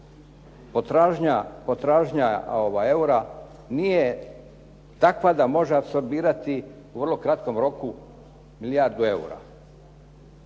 potražnja eura nije takva da može apsorbirati u vrlo kratkom roku milijardu eura.